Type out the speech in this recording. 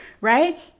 right